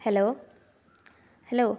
hello hello